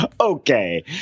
okay